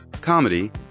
comedy